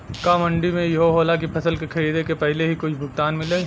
का मंडी में इहो होला की फसल के खरीदे के पहिले ही कुछ भुगतान मिले?